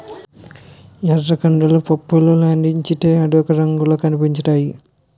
ఎర్రకందులు పప్పులాడించితే అదొక రంగులో కనిపించుతాయి